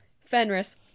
Fenris